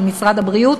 של משרד הבריאות,